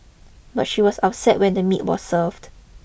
but she was upset when the meat were served